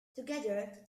together